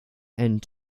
and